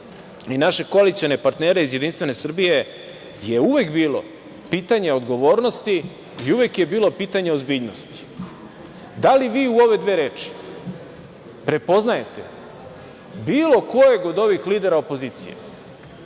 i naše koalicione partnere iz JS je uvek bilo pitanje odgovornosti i uvek je bilo pitanje ozbiljnosti. Da li u ove dve reči prepoznajete bilo kojeg od ovih lidera opozicije?